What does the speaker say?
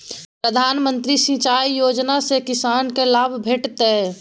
प्रधानमंत्री सिंचाई योजना सँ किसानकेँ लाभ भेटत